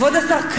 כבוד השר,